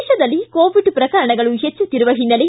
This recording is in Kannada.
ದೇಶದಲ್ಲಿ ಕೋವಿಡ್ ಪ್ರಕರಣಗಳು ಹೆಚ್ಚುತ್ತಿರುವ ಹಿನ್ನೆಲೆ